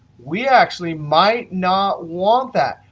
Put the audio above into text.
we actually might not want that.